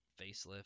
Facelift